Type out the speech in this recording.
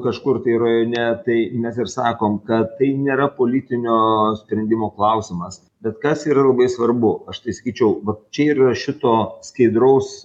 kažkur tai rajone tai nes ir sakom kad tai nėra politinio sprendimo klausimas bet kas yra labai svarbu aš tai sakyčiau va čia yra šito skaidraus